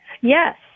Yes